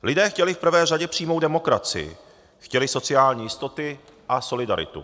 Lidé chtěli v prvé řadě přímou demokracii, chtěli sociální jistoty a solidaritu.